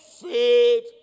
Faith